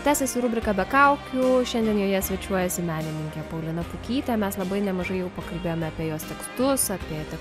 tęsiasi rubrika be kaukių o šiandien joje svečiuojasi menininkė paulina pukytė mes labai nemažai jau pakalbėjome apie jos tekstus apie